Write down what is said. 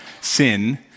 sin